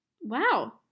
Wow